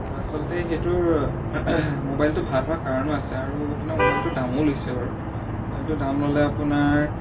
আৰু আচলতে সেইটোৰ মোবাইলটো ভাল হোৱাৰ কাৰণো আছে আৰু আপোনাৰ মোবাইলটোৰ দামো লৈছে বাৰু মোবাইলটো দাম ল'লে আপোনাৰ